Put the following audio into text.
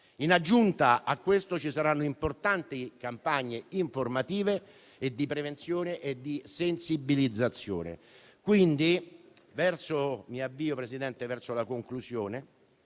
In aggiunta a questo, ci saranno importanti campagne informative, di prevenzione e di sensibilizzazione.